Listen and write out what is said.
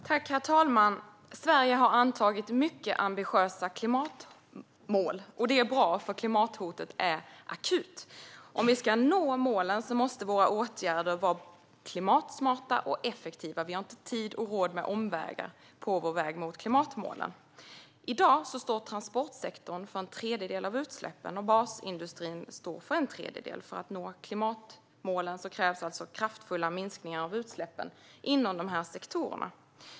Herr talman! Sverige har antagit mycket ambitiösa klimatmål, och det är bra, för klimathotet är akut. Om vi ska nå målen måste våra åtgärder vara klimatsmarta och effektiva. Vi har inte tid och råd med omvägar på vår väg mot klimatmålen. I dag står transportsektorn för en tredjedel av utsläppen och basindustrin för en tredjedel. För att nå klimatmålen krävs alltså kraftfulla minskningar av utsläppen inom de här sektorerna.